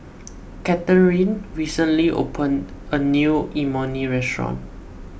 Cathrine recently opened a new Imoni Restaurant